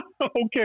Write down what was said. Okay